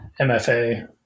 MFA